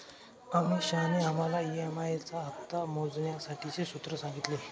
अमीषाने आम्हाला ई.एम.आई चा हप्ता मोजण्यासाठीचे सूत्र सांगितले